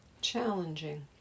challenging